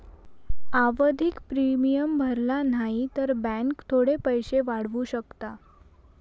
आवधिक प्रिमियम भरला न्हाई तर बॅन्क थोडे पैशे वाढवू शकता